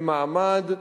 למעמד,